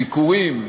ביקורים,